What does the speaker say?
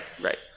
right